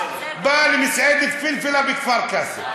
בעל מסעדת "פלפלה" בכפר-קאסם,